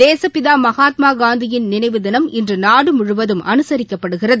தேசுப்பிதா மகாத்மா காந்தியின் நினைவு தினம் இன்று நாடு முழுவதும் அனுசிக்கப்படுகிறது